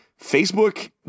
Facebook